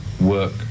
work